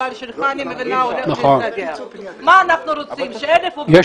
אנחנו רוצים ש-1,000 עובדים ילכו הביתה?